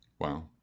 Wow